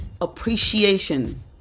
appreciation